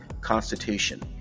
constitution